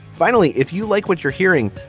finally, if you like what you're hearing,